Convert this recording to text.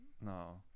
no